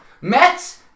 Mets